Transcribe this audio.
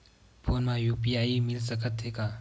Phone मा UPI मिल सकत हे का?